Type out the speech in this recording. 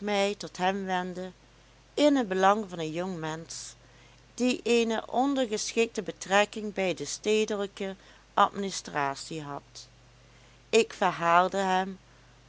mij tot hem wendde in het belang van een jong mensch die eene ondergeschikte betrekking bij de stedelijke administratie had ik verhaalde hem